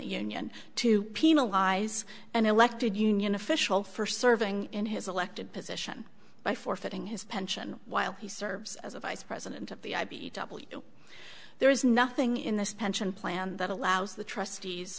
union to penalize an elected union official for serving in his elected position by forfeiting his pension while he serves as a vice president of the i b e w there is nothing in this pension plan that allows the trustees